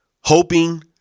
hoping